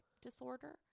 disorder